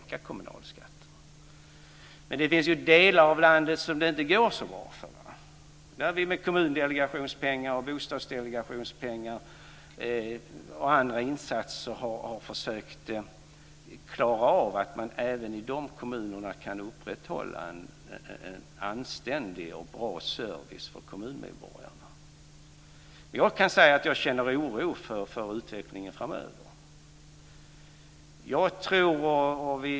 Det finns delar av landet som det inte går så bra för. Jag kan säga att jag känner oro för utvecklingen framöver.